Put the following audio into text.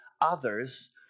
others